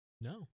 No